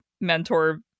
mentor